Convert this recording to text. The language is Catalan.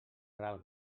ral